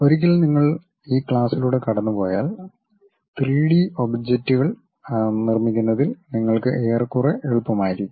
ഒരിക്കൽ നിങ്ങൾ ഈ ക്ലാസ്സിലൂടെ കടന്നുപോയാൽ 3 ഡി ഒബ്ജക്റ്റുകൾ നിർമ്മിക്കുന്നതിൽ നിങ്ങൾക്ക് ഏറെക്കുറെ എളുപ്പമായിരിക്കും